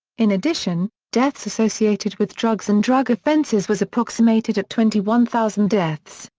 in addition, deaths associated with drugs and drug offenses was approximated at twenty one thousand deaths,